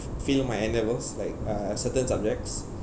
fail my N levels like uh certain subjects